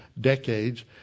decades